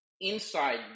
inside